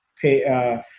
pay